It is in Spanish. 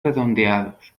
redondeados